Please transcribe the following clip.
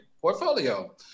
portfolio